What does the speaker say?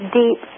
deep